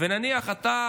נניח שאתה